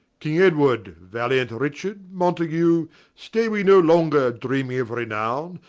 king edward, valiant richard mountague stay we no longer, dreaming of renowne.